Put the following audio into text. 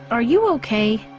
are you okay?